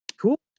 Cool